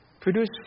produce